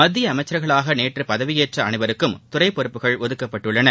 மத்திய அமைச்ச்களாக நேற்று பதவியேற்ற அனைவருக்கும் துறை பொறுப்புகள் ஒதுக்கப்பட்டுள்ளன